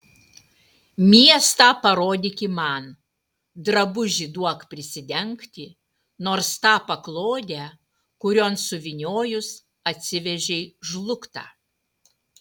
miestą parodyki man drabužį duok prisidengti nors tą paklodę kurion suvyniojus atsivežei žlugtą